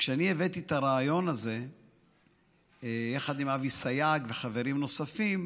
שכשאני הבאתי את הרעיון הזה יחד עם אבי סייג וחברים נוספים,